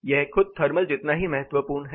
यह खुद थर्मल जितना ही महत्वपूर्ण है